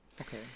Okay